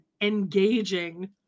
engaging